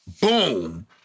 Boom